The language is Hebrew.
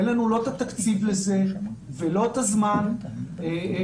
אין לנו לא את התקציב לזה ולא את הזמן ואנחנו